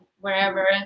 wherever